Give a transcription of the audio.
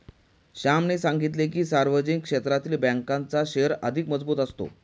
श्यामने सांगितले की, सार्वजनिक क्षेत्रातील बँकांचा शेअर अधिक मजबूत असतो